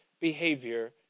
behavior